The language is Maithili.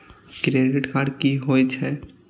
क्रेडिट कार्ड की होय छै?